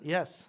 Yes